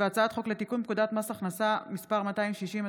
הצעת חוק לתיקון פקודת מס הכנסה (מס' 260),